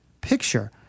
picture